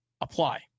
apply